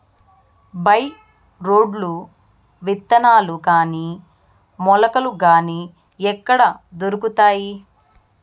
By రోడ్లు విత్తనాలు గాని మొలకలు గాని ఎక్కడ దొరుకుతాయి?